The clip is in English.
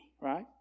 right